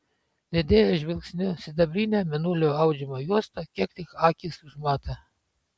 lydėjo žvilgsniu sidabrinę mėnulio audžiamą juostą kiek tik akys užmato